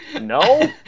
No